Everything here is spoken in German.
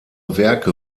werke